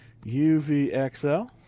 UVXL